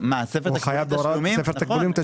ספר תקבולים, תשלומים לנהל --- ספר תשלומים?